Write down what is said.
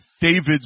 David's